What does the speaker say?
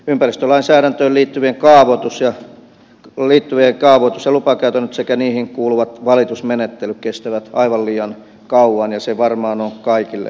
ympäristölainsäädäntöön liittyvät kaavoitus ja lupakäytännöt sekä niihin kuuluvat valitusmenettelyt kestävät aivan liian kauan ja se varmaan on kaikille selvää